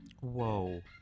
Whoa